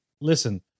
listen